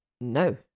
No